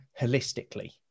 holistically